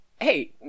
Hey